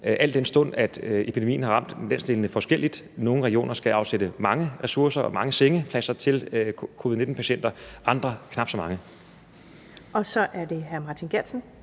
al den stund at epidemien har ramt landsdelene forskelligt. Nogle regioner skal afsætte mange ressourcer og mange sengepladser til covid-19 patienter og andre knap så mange. Kl. 16:13 Første